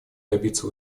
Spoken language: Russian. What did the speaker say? добиться